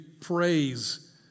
praise